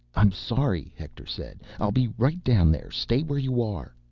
i'm sorry, hector said. i'll be right down there. stay where you are.